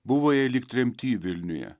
buvo jai lyg tremty vilniuje